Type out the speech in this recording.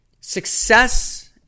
Success